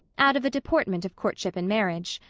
out of a deportment of courtship and marriage.